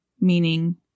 meaning